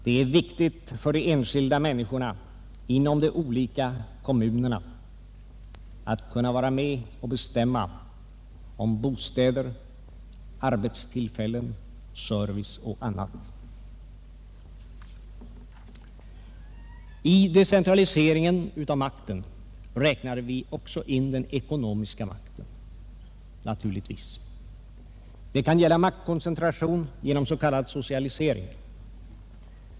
Det är viktigt för de enskilda människorna inom de olika kommunerna att kunna vara med och bestämma om bostäder, arbetstillfällen, service och annat. 1 decentraliseringen av makten räknar vi naturligtvis också in den ckonomiska makten, Det kan gälla statlig maktkoncentration genom s.k. socialisering.